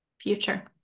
Future